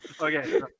Okay